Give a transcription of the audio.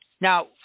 Now